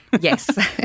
Yes